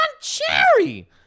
Cherry